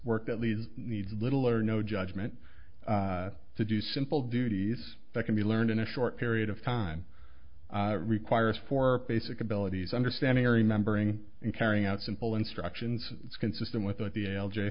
work that lead needs little or no judgment to do simple duties that can be learned in a short period of time requires for basic abilities understanding remembering and carrying out simple instructions consistent with what the